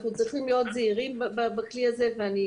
אנחנו צריכים להיות זהירים בכלי הזה ואני